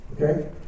Okay